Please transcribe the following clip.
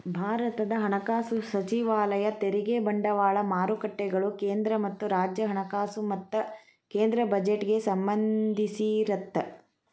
ಭಾರತದ ಹಣಕಾಸು ಸಚಿವಾಲಯ ತೆರಿಗೆ ಬಂಡವಾಳ ಮಾರುಕಟ್ಟೆಗಳು ಕೇಂದ್ರ ಮತ್ತ ರಾಜ್ಯ ಹಣಕಾಸು ಮತ್ತ ಕೇಂದ್ರ ಬಜೆಟ್ಗೆ ಸಂಬಂಧಿಸಿರತ್ತ